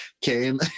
came